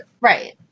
Right